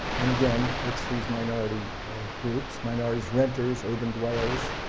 and again, it's these minority groups, minorities, renters, urban dwellers,